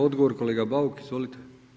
Odgovor, kolega Bauk, izvolite.